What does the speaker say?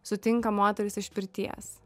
sutinka moteris iš pirties